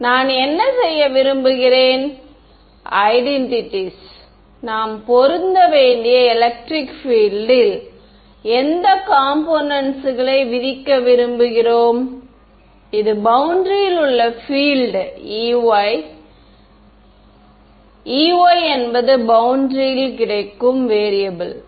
நான் என்ன செய்ய விரும்புகிறேன் ஐடென்டிட்டிஸ் ல் நாம் பொருந்த வேண்டிய எலெக்ட்ரிக் பீல்ட் ல் எந்த காம்போனென்ட்ஸ்களை விதிக்க விரும்புகிறோம் இது பௌண்டரியில் உள்ள பீல்ட் Ey Ey என்பது பௌண்டரியில் கிடக்கும் மாறக்கூடிய ஒன்று